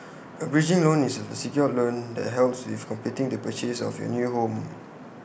A bridging loan is A secured loan that helps with completing the purchase of your new home